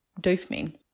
dopamine